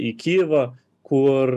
į kijivą kur